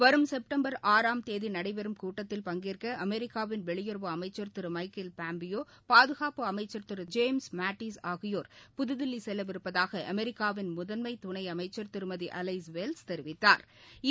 வரும் செப்டம்பர் ஆறாம் தேதி நடைபெறும் கூட்டத்தில் பங்கேற்க அமெரிக்காவின் வெளியுறவு அமைச்சா் திரு மைக்கேல் பாம்பியோ பாதுகாப்பு அமைச்சா் திரு ஜேம்ஸ் மாட்டீஸ் ஆகியோா் புதுதில்லி செல்லவிருப்பதாக அமெரிக்காவின் முதன்மை துணை அமைக்சர் திருமதி அலைஸ் வெல்ஸ் தெரிவித்தாா்